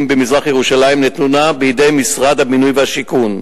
במזרח-ירושלים נתונה בידי משרד הבינוי והשיכון.